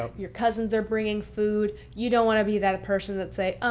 ah your cousins are bringing food. you don't want to be that person that say,